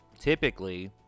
typically